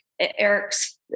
Eric's